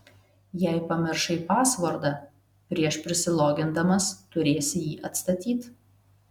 jei pamiršai pasvordą prieš prisilogindamas turėsi jį atstatyt